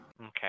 Okay